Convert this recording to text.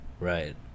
right